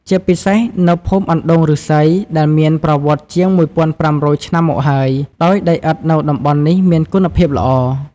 ជាពិសេសនៅភូមិអណ្ដូងឫស្សី ដែលមានប្រវត្តិជាង ១,៥០០ ឆ្នាំមកហើយ ដោយដីឥដ្ឋនៅតំបន់នេះមានគុណភាពល្អ។